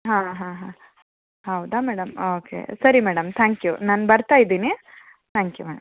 ಹಾಂ ಹಾಂ ಹಾಂ ಹೌದಾ ಮೇಡಮ್ ಓಕೆ ಸರಿ ಮೇಡಮ್ ತ್ಯಾಂಕ್ ಯು ನಾನು ಬರ್ತಾಯಿದ್ದೀನಿ ತ್ಯಾಂಕ್ ಯು ಮ್ಯಾಮ್